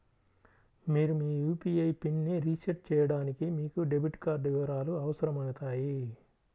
మీరు మీ యూ.పీ.ఐ పిన్ని రీసెట్ చేయడానికి మీకు డెబిట్ కార్డ్ వివరాలు అవసరమవుతాయి